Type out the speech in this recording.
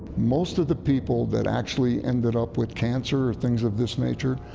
most of the people that actually ended up with cancer or things of this nature,